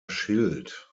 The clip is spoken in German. schild